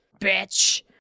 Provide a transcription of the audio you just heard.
bitch